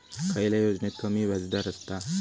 खयल्या योजनेत कमी व्याजदर असता?